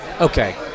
Okay